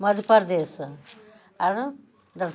मध्यप्रदेश आरो